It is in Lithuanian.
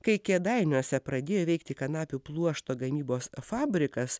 kai kėdainiuose pradėjo veikti kanapių pluošto gamybos fabrikas